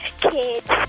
Kids